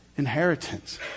inheritance